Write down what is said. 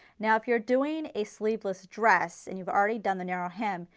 now if you are doing a sleeveless dress and you have already done the narrow hem,